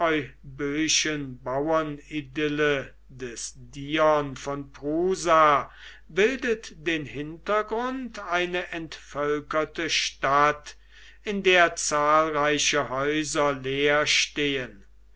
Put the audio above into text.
bauernidylle des dion von prusa bildet den hintergrund eine entvölkerte stadt in der zahlreiche häuser leer stehen